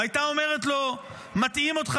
והייתה אומרת לו: מטעים אותך.